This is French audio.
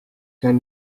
qu’un